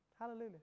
Hallelujah